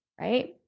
Right